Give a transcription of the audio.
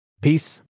Peace